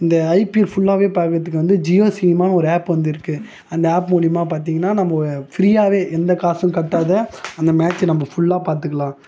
இந்த ஐபிஎல் ஃபுல்லாகவே பார்க்கறத்துக்கு வந்து ஜியோ சினிமான்னு ஒரு ஆப் வந்து இருக்கு அந்த ஆப் மூலியமாக பார்த்தீங்கனா நம்ப ஃப்ரியாகவே எந்த காசும் கட்டாத அந்த மேட்ச் நம்ப ஃபுல்லாக பார்த்துக்கலாம்